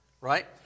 right